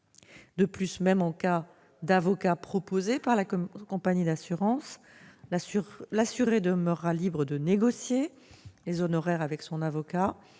De plus, même si l'avocat est proposé par la compagnie d'assurance, l'assuré demeurera libre de négocier les honoraires avec son avocat,